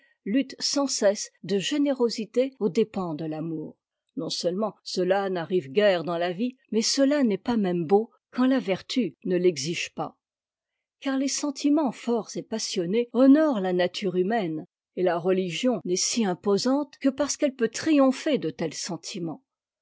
luttent sans cesse de générosité aux dépens de l'amour non-seulement cela n'arrive guère dans la vie mais cela n'est pas même beau quand a vertu ne l'exige pas car les sentiments forts et passionnés honorent la nature humaine et la religion n'est si imposante que parce qu'elle peut triompher de tels sentiments